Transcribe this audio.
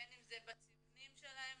בין אם זה בציונים שלהם